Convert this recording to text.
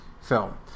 film